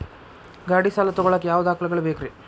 ಗಾಡಿ ಸಾಲ ತಗೋಳಾಕ ಯಾವ ದಾಖಲೆಗಳ ಬೇಕ್ರಿ?